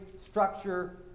structure